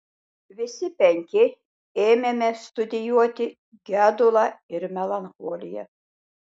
visi penki ėmėme studijuoti gedulą ir melancholiją